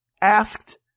Asked